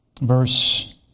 Verse